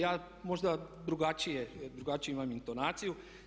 Ja možda drugačiju imam intonaciju.